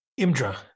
Imdra